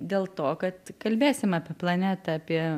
dėl to kad kalbėsim apie planetą apie